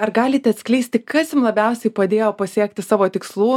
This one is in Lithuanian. ar galite atskleisti kas jum labiausiai padėjo pasiekti savo tikslų